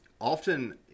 often